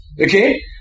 Okay